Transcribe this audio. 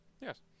Yes